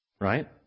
Right